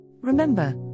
Remember